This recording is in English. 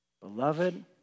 beloved